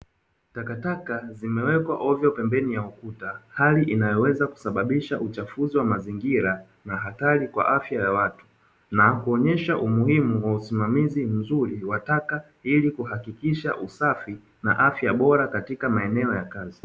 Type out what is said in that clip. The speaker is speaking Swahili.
Takataka zimewekwa hovyo pembeni ya ukuta, hali inayoweza kusababisha uchafuzi wa mazingira na hatari kwa afya ya watu na kuonesha umuhimu wa usimamizi mzuri wa taka, ili kuhakikisha usafi na afya bora katika maeneo ya kazi.